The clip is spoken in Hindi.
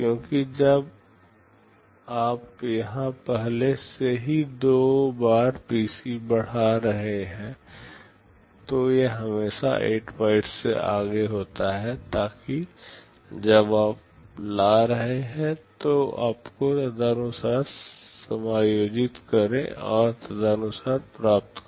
क्योंकि जब आप यहां पहले से ही दो बार पीसी बढ़ा रहे हैं तो यह हमेशा 8 बाइट्स से आगे होता है ताकि जब आप ला रहे हों तो आपको तदनुसार समायोजित करें और तदनुसार प्राप्त करें